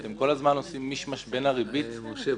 אתם כל הזמן עושים מישמש בין הריבית --- משה,